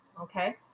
Okay